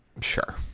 Sure